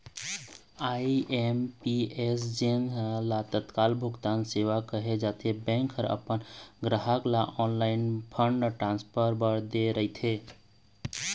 IMPS जेन ल तत्काल भुगतान सेवा कहे जाथे, बैंक ह अपन गराहक ल ऑनलाईन फंड ट्रांसफर बर दे रहिथे